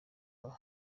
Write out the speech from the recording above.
baba